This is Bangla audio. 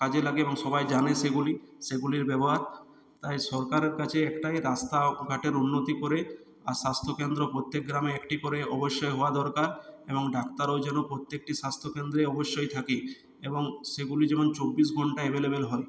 কাজে লাগে এবং সবাই জানে সেগুলি সেগুলির ব্যবহার তাই সরকারের কাছে একটাই রাস্তাঘাটের উন্নতি করে আর স্বাস্থ্য কেন্দ্র প্রত্যেক গ্রামে একটি করে অবশ্যই হওয়া দরকার এবং ডাক্তারও যেন প্রত্যেকটি স্বাস্থ্য কেন্দ্রে অবশ্যই থাকে এবং সেগুলি যেন চব্বিশ ঘন্টা অ্যাভেলেবেল হয়